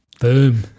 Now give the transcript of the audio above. Boom